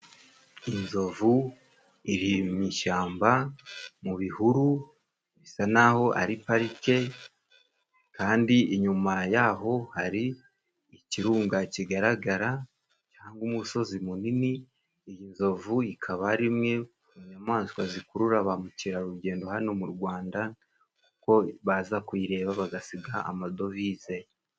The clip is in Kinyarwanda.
Inzovu iri mu ishyamba, mu bihuru, bisa naho ari parike, kandi inyuma yaho hari ikirunga kigaragara, cyangwa umusozi munini, iyi nzovu ikaba ari imwe mu nyamaswa zikurura ba mukerarugendo hano mu Rwanda, kuko baza kuyireba bagasiga amadovize.